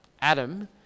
Adam